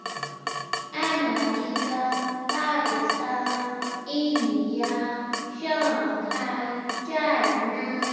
America Pakistan India شناگ ہاے چینا